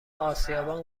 اسیابان